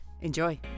enjoy